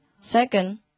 Second